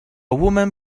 woman